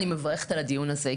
אני מברכת על הדיון הזה,